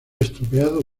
estropeado